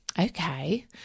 Okay